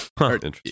Interesting